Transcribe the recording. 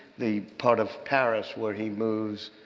the part of paris where he moves